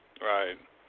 right